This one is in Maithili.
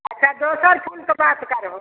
अच्छा दोसर फुलके बात करहो